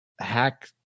hack